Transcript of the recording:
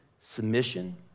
submission